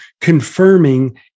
confirming